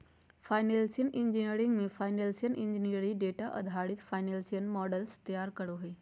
financial engineering मे financial engineer data आधारित financial models तैयार करो हय